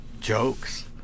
jokes